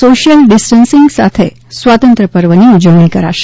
social distancing સાથે સ્વાતંત્ર્ય પર્વની ઉજણી કરાશે